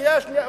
קריאה שנייה,